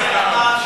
נכון,